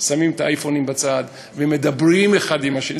שמים את האייפונים בצד ומדברים אחד עם השני.